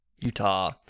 Utah